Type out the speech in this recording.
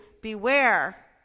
beware